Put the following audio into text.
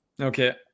Okay